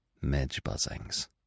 Midge-buzzings